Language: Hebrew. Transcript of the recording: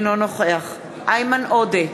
אינו נוכח איימן עודה,